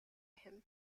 him